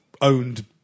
owned